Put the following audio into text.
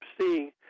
seeing